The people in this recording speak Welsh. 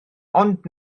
ond